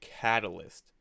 catalyst